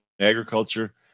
agriculture